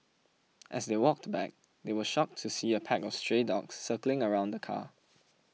as they walked back they were shocked to see a pack of stray dogs circling around the car